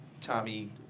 Tommy